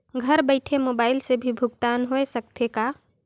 घर बइठे मोबाईल से भी भुगतान होय सकथे का?